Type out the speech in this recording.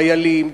חיילים,